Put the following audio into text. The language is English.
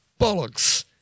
bollocks